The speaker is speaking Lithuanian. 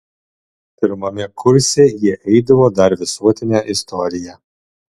pirmame kurse jie eidavo dar visuotinę istoriją